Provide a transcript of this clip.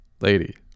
Lady